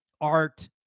art